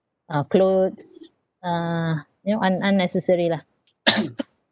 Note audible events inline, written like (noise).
uh clothes uh you know un~ unnecessary lah (noise)